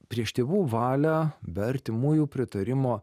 prieš tėvų valią be artimųjų pritarimo